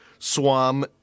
Swam